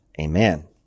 amen